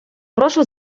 прошу